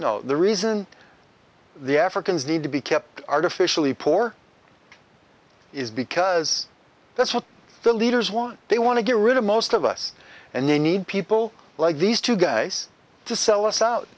know the reason the africans need to be kept artificially poor is because that's what their leaders want they want to get rid of most of us and they need people like these two guys to sell us out